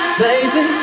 baby